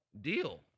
deal